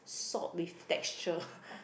salt with texture